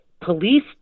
police